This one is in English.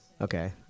Okay